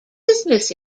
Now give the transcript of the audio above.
business